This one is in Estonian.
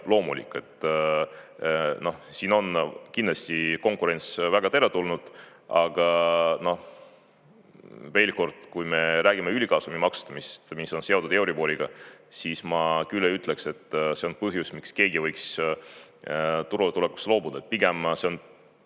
loomulik, siin on kindlasti konkurents väga teretulnud. Aga veel kord, kui me räägime ülikasumi maksustamisest, mis on seotud euriboriga, siis ma küll ei ütleks, et see on põhjus, miks keegi võiks turule tulekust loobuda. Pigem see on